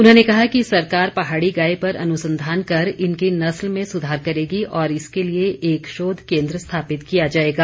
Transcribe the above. उन्होंने कहा कि सरकार पहाड़ी गाय पर अनुसंधान कर इनकी नस्ल में सुधार करेगी और इसके लिए एक शोध केंद्र स्थापित किया जाएगा